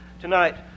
tonight